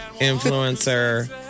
influencer